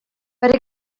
per